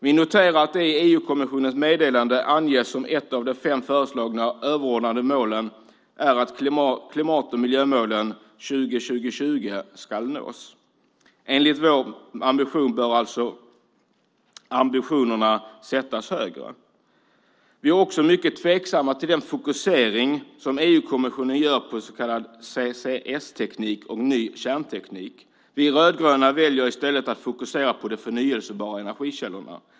Vi noterar att det i EU-kommissionens meddelande anges som ett av de fem föreslagna överordnade målen att klimat och miljömålen 20-20-20 ska nås. Enligt vår mening bör ambitionerna alltså sättas högre. Vi är också mycket tveksamma till den fokusering som EU-kommissionen gör på så kallad CCS-teknik och ny kärnteknik. Vi rödgröna väljer i stället att fokusera på de förnybara energikällorna.